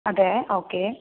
അതെ ഓക്കേ